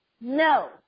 No